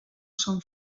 són